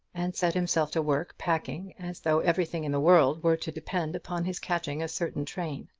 and set himself to work packing as though everything in the world were to depend upon his catching a certain train.